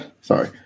Sorry